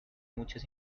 muchas